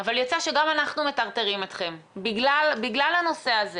אבל יצא שגם אנחנו מטרטרים אתכם בגלל הנושא הזה